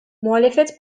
muhalefet